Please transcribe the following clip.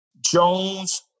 Jones